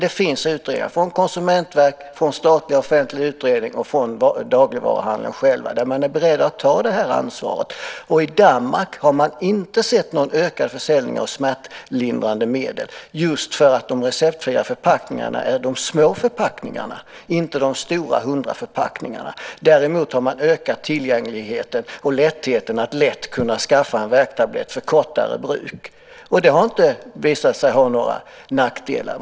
Det finns utredningar från konsumentverk, statliga offentliga myndigheter och från dagligvaruhandeln själv där man är beredd att ta ansvaret. I Danmark har man inte sett någon ökad försäljning av smärtlindrande medel just för att de recepfria förpackningarna är de små förpackningarna och inte de stora hundraförpackningarna. Däremot har man ökat tillgängligheten. Man har gjort det lätt att kunna skaffa en värktablett för kortare bruk. Det har inte visat sig ha några nackdelar.